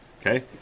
okay